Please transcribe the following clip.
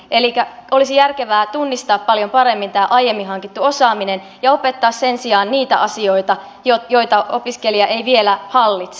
elikkä olisi järkevää tunnistaa paljon paremmin tämä aiemmin hankittu osaaminen ja opettaa sen sijaan niitä asioita joita opiskelija ei vielä hallitse